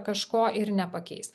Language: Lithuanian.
kažko ir nepakeis